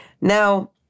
Now